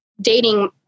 dating